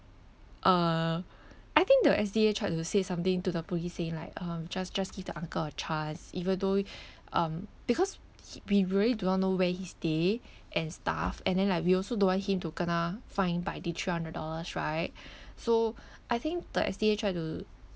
err I think the S_D_A tried to say something to the police saying like um just just give the uncle a chance even though um because h~ we really do not know where he stay and stuff and then like we also don't want him to kena fine by the three hundred dollars right so I think the S_D_A tried to